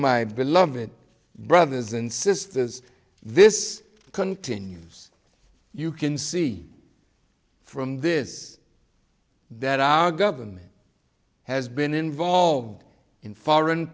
beloved brothers and sisters this continues you can see from this that our government has been involved in foreign